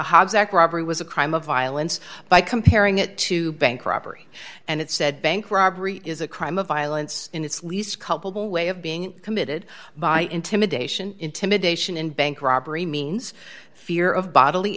hobbs act robbery was a crime of violence by comparing it to bank robbery and it said bank robbery is a crime of violence in its least culpable way of being committed by intimidation intimidation and bank robbery means fear of bodily